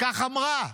כך אמרה.